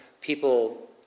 people